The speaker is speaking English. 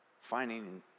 finding